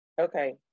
Okay